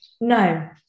No